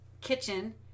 kitchen